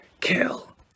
Kill